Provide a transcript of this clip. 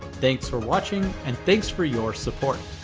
thanks for watching and thanks for your support.